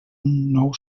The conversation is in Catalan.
nou